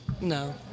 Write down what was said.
No